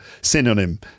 synonym